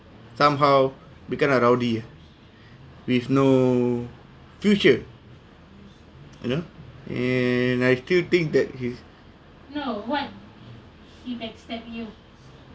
somehow become a rowdy with no future you know and I still think that his